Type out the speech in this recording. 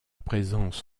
présence